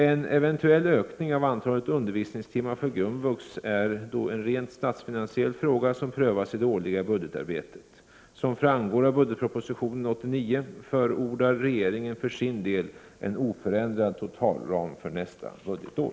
En eventuell ökning av antalet undervisningstimmar för grundvux är en rent statsfinansiell fråga som prövas i det årliga budgetarbetet. Som framgår av budgetpropositionen 1989 förordar regeringen för sin del en oförändrad totalram för nästa budgetår.